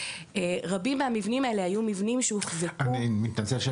רבים מהמבנים האלה היו מבנים שנבנו והחוזקו בבעלות